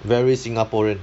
very singaporean